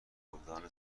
گلدان